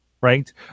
right